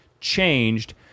changed